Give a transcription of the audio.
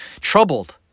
Troubled